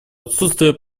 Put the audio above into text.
отсутствие